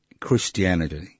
Christianity